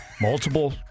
Multiple